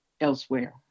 elsewhere